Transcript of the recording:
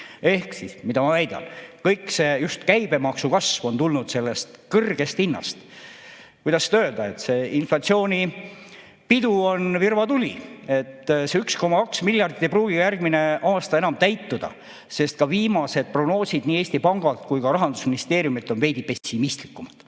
siis mida ma väidan? Kõik see, just käibemaksu kasv on tulnud sellest kõrgest hinnast. Kuidas seda öelda, see inflatsioonipidu on virvatuli. See 1,2 miljardit ei pruugi järgmine aasta enam täituda, sest ka viimased prognoosid nii Eesti Pangalt kui ka Rahandusministeeriumilt on veidi pessimistlikumad.